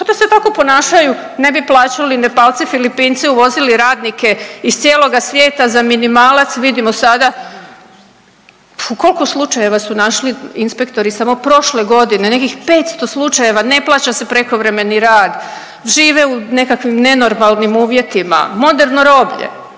Pa da se tako ponašaju ne bi plaćali Nepalce, Filipince i uvozili radnike iz cijeloga svijeta za minimalac. Vidimo sada u koliko slučajeva su našli inspektori samo prošle godine nekih 500 slučajeva. Ne plaća se prekovremeni rad, žive u nekakvim nenormalnim uvjetima, moderno roblje,